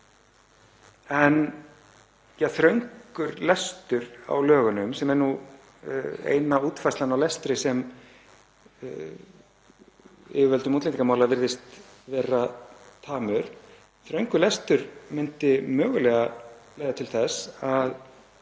En þröngur lestur á lögunum, sem er eina útfærslan á lestri sem yfirvöldum útlendingamála virðist vera töm, myndi mögulega leiða til þess að